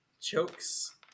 chokes